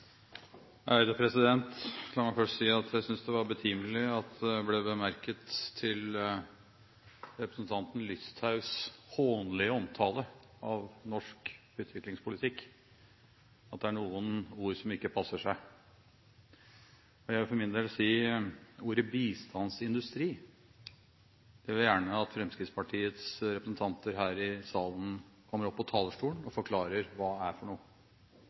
Listhaugs hånlige omtale av norsk utviklingspolitikk at det er noen ord som ikke passer seg. Jeg vil for min del si at ordet «bistandsindustri» vil jeg gjerne at Fremskrittspartiets representanter her i salen kommer opp på talerstolen og forklarer hva er.